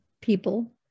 people